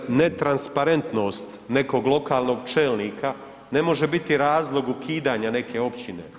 Dakle, netransparentnost nekog lokalnog čelnika ne može biti razlog ukidanja neke općine.